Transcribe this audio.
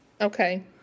Okay